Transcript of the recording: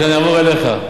עכשיו אני אעבור אליך.